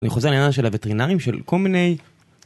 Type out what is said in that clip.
אני חוזר לעניין של הווטרינרים, של כל מיני...